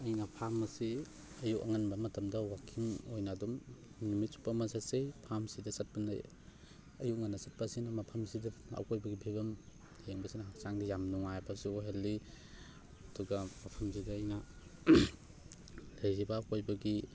ꯑꯩꯅ ꯐꯥꯔꯝ ꯑꯁꯤ ꯑꯌꯨꯛ ꯑꯉꯟꯕ ꯃꯇꯝꯗ ꯋꯥꯛꯀꯤꯡ ꯑꯣꯏꯅ ꯑꯗꯨꯝ ꯅꯨꯃꯤꯠ ꯆꯨꯞꯄ ꯑꯃ ꯆꯠꯆꯩ ꯐꯥꯔꯝꯁꯤꯗ ꯆꯠꯄꯅ ꯑꯌꯨꯛ ꯉꯟꯅ ꯆꯠꯄ ꯑꯁꯤꯅ ꯃꯐꯝꯁꯤꯗ ꯑꯀꯣꯏꯕꯒꯤ ꯐꯤꯕꯝ ꯌꯦꯡꯕꯁꯤꯅ ꯍꯛꯆꯥꯡꯗ ꯌꯥꯝ ꯅꯨꯡꯉꯥꯏꯕꯁꯨ ꯑꯣꯏꯍꯜꯂꯤ ꯑꯗꯨꯒ ꯃꯐꯝꯁꯤꯗ ꯑꯩꯅ ꯂꯩꯔꯤꯕ ꯑꯀꯣꯏꯕꯒꯤ